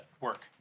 work